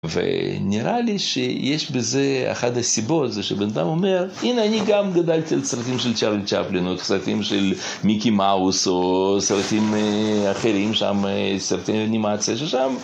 ונראה לי שיש בזה אחת הסיבות, זה שבן אדם אומר: הנה אני גם גדלתי על סרטים של צ'ארלי צ'פלין, או סרטים של מיקי מאוס, או סרטים אחרים שם, סרטי אנימציה ששם